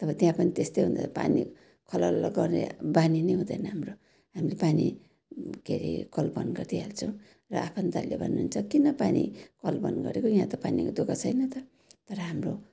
तब त्यहाँ पनि त्यस्तै हुन्छ पानी खलल गर्ने बानी नै हुँदैन हाम्रो हामीले पानी के अरे कल बन् गरिदिहाल्छौँ र आफन्तले भन्नुहुन्छ किन पानी कल बन्द गरेको यहाँ त पानीको दुःख छैन त तर हाम्रो